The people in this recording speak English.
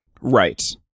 Right